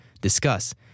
discuss